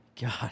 god